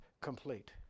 complete